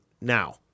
now